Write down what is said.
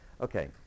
okay